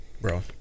Bro